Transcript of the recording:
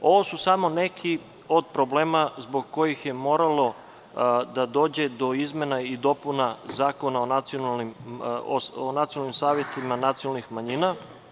Ovo su samo neki od problema zbog kojih je moralo da dođe do izmena i dopuna Zakona o nacionalnim savetima nacionalnih manjina.